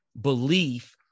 belief